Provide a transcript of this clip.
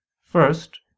First